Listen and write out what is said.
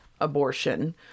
abortion